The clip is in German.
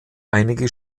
einige